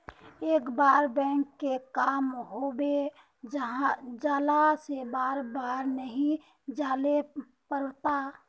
एक बार बैंक के काम होबे जाला से बार बार नहीं जाइले पड़ता?